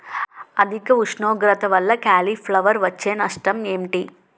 అధిక ఉష్ణోగ్రత వల్ల కాలీఫ్లవర్ వచ్చే నష్టం ఏంటి?